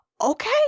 Okay